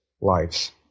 lives